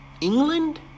England